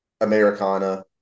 Americana